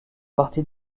partie